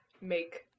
make